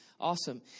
Awesome